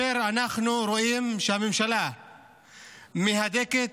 אנחנו רואים שהממשלה מהדקת